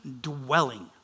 dwelling